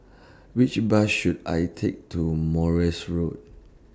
Which Bus should I Take to Morse Road